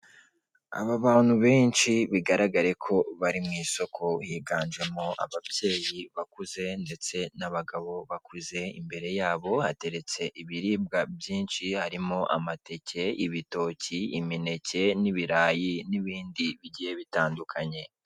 Aba bantu benshi bigaragare ko bari mu isoko, higanjemo ababyeyi bakuze, ndetse n'abagabo bakuze, imbere yabo hateretse ibiribwa byinshi, harimo amateke, ibitoki, imineke n'ibirayi, n'ibindi bigiye bitandukanye.